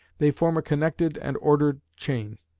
they form a connected and ordered chain,